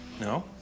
No